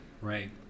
right